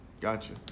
Gotcha